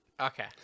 Okay